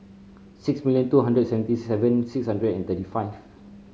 six million two hundred seventy seven six hundred and thirty five